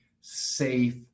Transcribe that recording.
safe